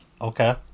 okay